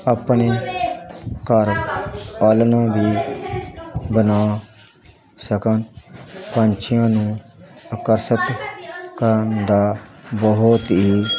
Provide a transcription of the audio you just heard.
ਆਪਣੇ ਘਰ ਆਲ੍ਹਣਾ ਵੀ ਬਣਾ ਸਕਣ ਪੰਛੀਆਂ ਨੂੰ ਆਕਰਸ਼ਿਤ ਕਰਨ ਦਾ ਬਹੁਤ ਹੀ